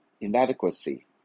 inadequacy